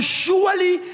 surely